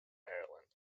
maryland